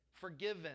forgiven